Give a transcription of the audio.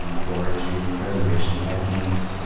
um foraging, preservation techniques,